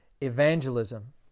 evangelism